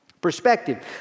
Perspective